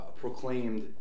proclaimed